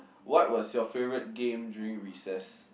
what was your favourite game during recess